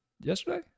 yesterday